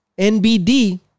NBD